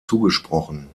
zugesprochen